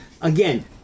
Again